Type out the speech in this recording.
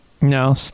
no